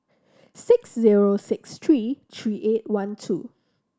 six zero six three three eight one two